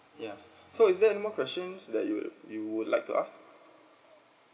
yes so is there any more questions that you you would like to ask